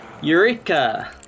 Eureka